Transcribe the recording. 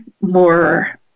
more